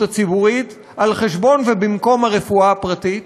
הציבורית על חשבון ובמקום הרפואה הפרטית.